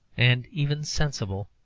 and even sensible,